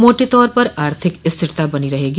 मोटे तौर पर आर्थिक स्थिरता बनी रहेगी